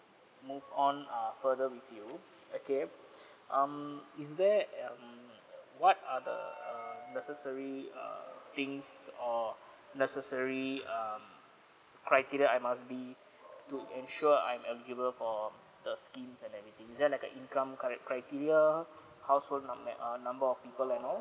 move on err further with you okay um is there um what are the err necessary err things or necessary um criteria I must be to ensure I'm eligible for the schemes and everything is there like a income cari~ criteria household num~ at uh number of people and all